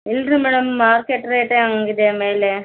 ಇಲ್ಲ ರೀ madam market ರೇಟೇ ಹಾಗಿದೆ ಮೇಲೆ